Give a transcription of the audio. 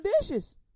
dishes